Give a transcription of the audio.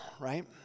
right